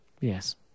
Yes